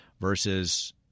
versus